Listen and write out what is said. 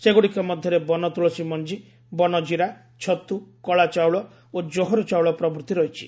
ସେଗ୍ରଡ଼ିକ ମଧ୍ୟରେ ବନତ୍ରଳସୀ ମଞ୍ଜି ବନ ଜିରା ଛତ୍ର କଳା ଚାଉଳ ଓ ଜୋହର ଚାଉଳ ପ୍ରଭୂତି ରହିଛି